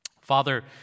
Father